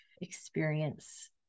experience